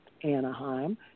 anaheim